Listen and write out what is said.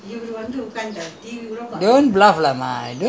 நீங்க ரெண்டு பேரு பேசிக்கோங்க:neengga rendu peru pesikongga